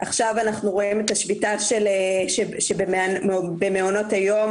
עכשיו אנחנו רואים את השביתה במעונות היום